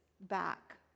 back